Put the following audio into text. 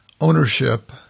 ownership